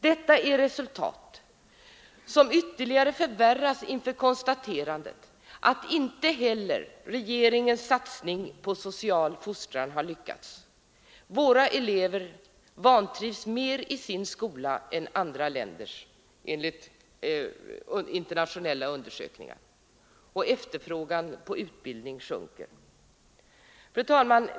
Detta är resultat som ytterligare förvärras inför konstaterandet att inte heller regeringens satsning på social fostran har lyckats. Våra elever vantrivs mer i sin skola än andra länders, enligt internationella undersökningar, och efterfrågan på utbildning sjunker. Fru talman!